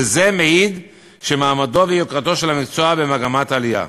וזה מעיד שמעמדו ויוקרתו של המקצוע במגמת עלייה.